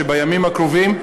שבימים הקרובים,